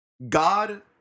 God